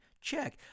check